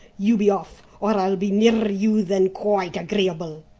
you be off, or i'll be nearer you than quite agreeable.